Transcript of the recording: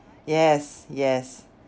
yes yes